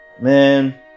Man